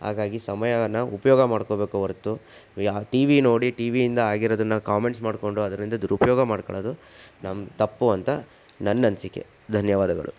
ಹಾಗಾಗಿ ಸಮಯವನ್ನು ಉಪಯೋಗ ಮಾಡ್ಕೊಬೇಕೇ ಹೊರತು ಆ ಟಿ ವಿ ನೋಡಿ ಟಿ ವಿಯಿಂದ ಆಗಿರೋದನ್ನು ಕಾಮೆಂಟ್ಸ್ ಮಾಡ್ಕೊಂಡು ಅದರಿಂದ ದುರುಪಯೋಗ ಮಾಡ್ಕೊಳ್ಳೋದು ನಮ್ಮ ತಪ್ಪು ಅಂತ ನನ್ನ ಅನಿಸಿಕೆ ಧನ್ಯವಾದಗಳು